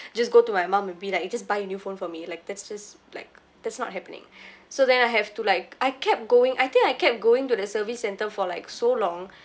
just go to my mum and be like just buy a new phone for me like that's just like that's not happening so then I have to like I kept going I think I kept going to the service centre for like so long